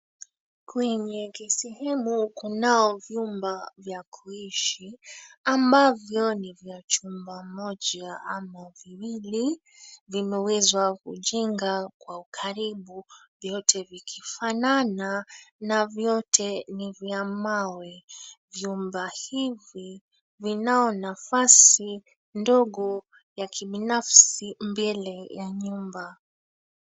Kwenye kisehemu, kunao vyumba vya kuishi, ambavyo ni vya chumba moja ama viwili. Vimewezwa kujenga kwa karibu vyote vikifanana na vyote ni vya mawe. Vyumba hivi vinao nafasi ndogo ya kibinafsi mbele ya nyumba.